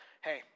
hey